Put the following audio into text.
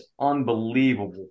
unbelievable